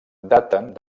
daten